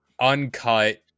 uncut